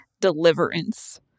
deliverance